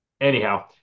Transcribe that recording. Anyhow